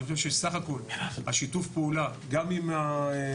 אני חושב שבסך הכל שיתוף הפעולה גם עם השותפים